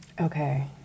Okay